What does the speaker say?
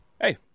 Hey